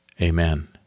amen